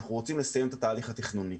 אנחנו רוצים לסיים את התהליך התכנוני.